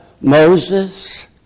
Moses